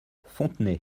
fontenay